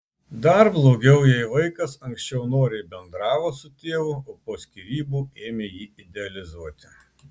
dar blogiau jei vaikas anksčiau noriai bendravo su tėvu o po skyrybų ėmė jį idealizuoti